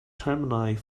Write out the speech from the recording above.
termini